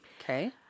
Okay